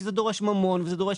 כי זה דורש ממון וזה דורש,